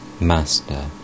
Master